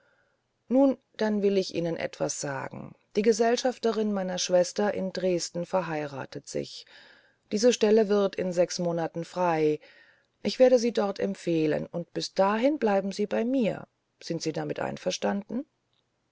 nun dann will ich ihnen etwas sagen die gesellschafterin meiner schwester in dresden verheiratet sich diese stelle wird in sechs monaten frei ich werde sie dort empfehlen und bis dahin bleiben sie bei mir sind sie damit einverstanden